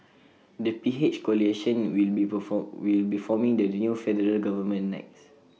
the PH coalition will be forming the new federal government next